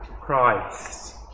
Christ